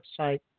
website